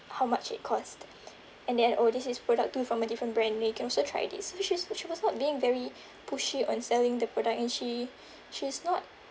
how much it cost and then oh this is product two from a different brand you can also try this which is which she was not being very pushy on selling the product and she she's not